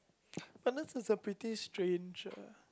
but this is a pretty strange uh